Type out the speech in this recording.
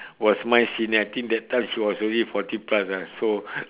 was my senior I think that time she was already forty plus ah so